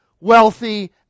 wealthy